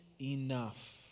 enough